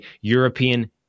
European